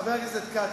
חבר הכנסת כץ,